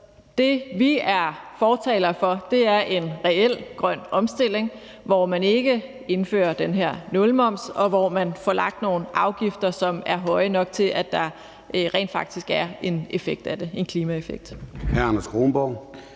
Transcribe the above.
det, vi er fortalere for, er en reel grøn omstilling, hvor man ikke indfører den her nulmoms, og hvor man får lagt nogle afgifter, som er høje nok til, at der rent faktisk er en klimaeffekt